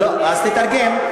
אז תתרגם.